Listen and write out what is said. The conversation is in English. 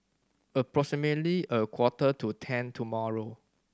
approximately a quarter to ten tomorrow